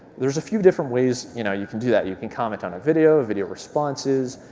there's a few different ways you know you can do that. you can comment on a video, video responses,